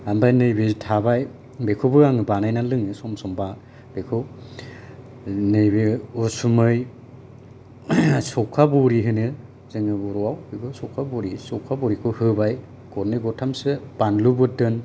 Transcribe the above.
आमफ्राय नैबो थाबाय बेखौबो आङो बानायना लोङो सम सम बेखौ नैबे उसुमै सौखा बरि होनो जोङो बर'आव सौखा बरि सौखा बरिखौ होबाय गरनै गरथामसो बानलु बोरदोन